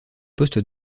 poste